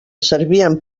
servien